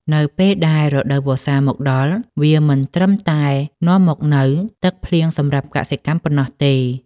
នៅពេលដែលរដូវវស្សាមកដល់ វាមិនត្រឹមតែនាំមកនូវទឹកភ្លៀងសម្រាប់កសិកម្មប៉ុណ្ណោះទេ។